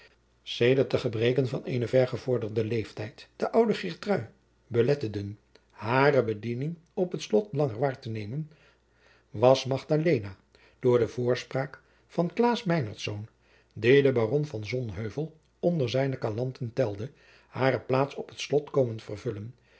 sedert de gebreken van eenen vergevorderden leeftijd de oude geertrui beletteden hare bediening op het slot langer waar te nemen was magdalena door de voorspraak van klaas meinertz die den baron van sonheuvel onder zijne kalanten telde hare plaats op het slot komen vervullen